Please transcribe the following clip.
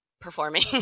performing